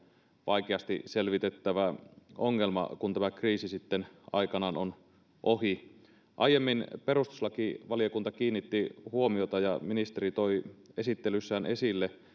vaikeasti selvitettävä ongelma kun tämä kriisi sitten aikanaan on ohi aiemmin perustuslakivaliokunta kiinnitti huomiota ja ministeri toi esittelyssään esille